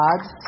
God